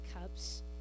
cups